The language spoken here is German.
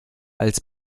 als